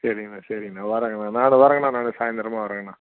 சரிங்கண்ணா சரிண்ணா வரேங்கண்ணா நான் வரேங்கண்ணா நான் சாயந்தரமா வரேங்கண்ணா